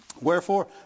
wherefore